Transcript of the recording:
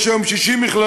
יש היום 60 מכללות,